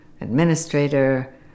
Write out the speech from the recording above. administrator